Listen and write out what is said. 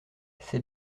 c’est